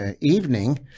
evening